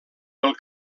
pel